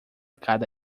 cada